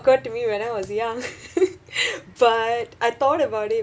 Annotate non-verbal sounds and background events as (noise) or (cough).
occurred to me when I was young (laughs) but I thought about it